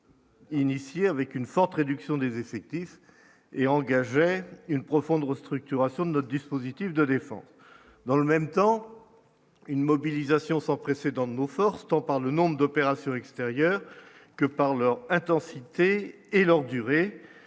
Initiée avec une forte réduction des effectifs et engage vers une profonde restructuration de notre dispositif de défense dans le même temps, une mobilisation sans précédent de nos forces, tant par le nombre d'opérations extérieures que par leur intensité et longue durée